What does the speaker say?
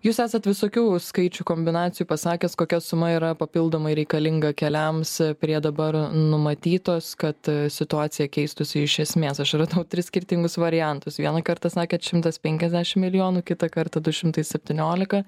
jūs esat visokių skaičių kombinacijų pasakęs kokia suma yra papildomai reikalinga keliams prie dabar numatytos kad situacija keistųsi iš esmės aš radau tris skirtingus variantus vieną kartą sakėt šimtas penkiasdešim milijonų kitą kartą du šimtai septyniolika